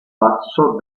passò